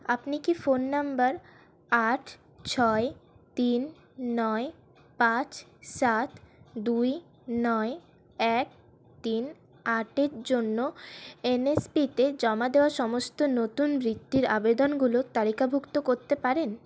আপনি কি phone number আট ছয় তিন নয় পাঁচ সাত দুই নয় এক তিন আটের জন্য এন এস পিতে জমা দেওয়া সমস্ত নতুন বৃত্তির আবেদনগুলো তালিকাভুক্ত করতে পারেন